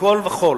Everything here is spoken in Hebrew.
מכול וכול,